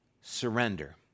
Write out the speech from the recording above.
surrender